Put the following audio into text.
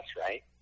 Right